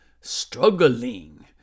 struggling